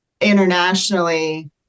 internationally